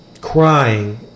crying